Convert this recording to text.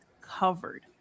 covered